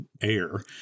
air